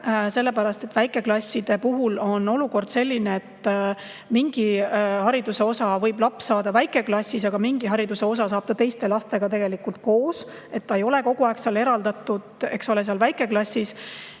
juurde. Väikeklasside puhul on olukord selline, et mingi hariduse osa võib laps saada väikeklassis, aga mingi hariduse osa saab ta teiste lastega koos. Ta ei ole kogu aeg eraldatud, eks ole, seal väikeklassis.